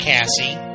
Cassie